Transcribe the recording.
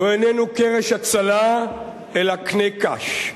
הוא איננו קרש הצלה אלא קנה קש.